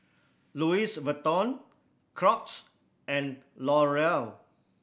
Louis Vuitton Crocs and Laurier